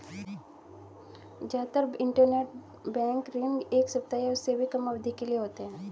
जादातर इन्टरबैंक ऋण एक सप्ताह या उससे भी कम अवधि के लिए होते हैं